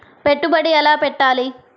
పెట్టుబడి ఎలా పెట్టాలి?